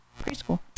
preschool